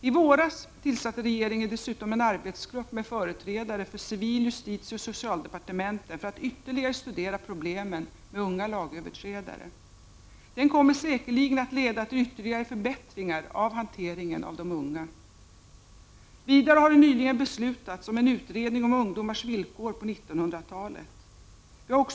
I våras tillsatte regeringen dessutom en arbetsgrupp med företrädare för civil-, justitieoch socialdepartementen för att ytterligare studera problemen med unga lagöverträdare. Den kommer säkerligen att leda till ytterligare förbättringar av hanteringen av de unga. Vidare har det nyligen beslutats om en utredning om ungdomars villkor på 1990-talet.